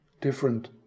different